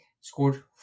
scored